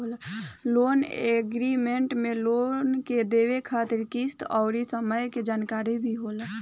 loan agreement में loan के देवे खातिर किस्त अउर समय के जानकारी भी होला